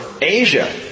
Asia